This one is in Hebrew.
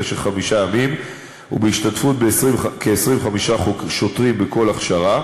במשך חמישה ימים ובהשתתפות כ-25 שוטרים בכל הכשרה.